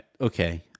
okay